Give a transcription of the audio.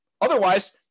Otherwise